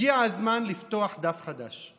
הגיע הזמן לפתוח דף חדש.